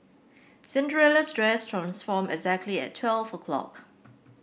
Cinderella's dress transformed exactly at twelve O clock